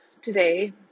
today